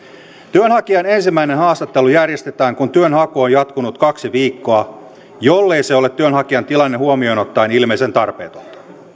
työnhakijan ensimmäinen haastattelu järjestetään kun työnhaku on jatkunut kaksi viikkoa jollei se ole työnhakijan tilanne huomioon ottaen ilmeisen tarpeetonta